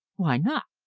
why not?